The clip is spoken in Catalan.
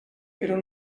però